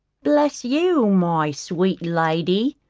bless you, my sweet lady,